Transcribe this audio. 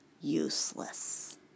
useless